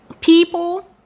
people